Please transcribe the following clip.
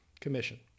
commission